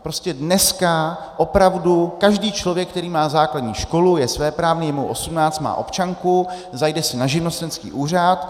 Prostě dneska opravdu každý člověk, který má základní školu, je svéprávný, je mu osmnáct, má občanku, zajde si na živnostenský úřad.